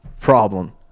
problem